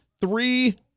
three